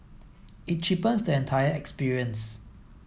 it cheapens the entire experience